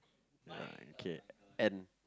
uh okay N